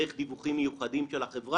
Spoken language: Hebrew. דרך דיווחים מיוחדים של החברה,